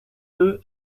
deux